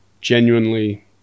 genuinely